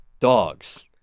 Dogs